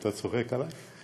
אתה צוחק עלי?